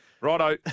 Righto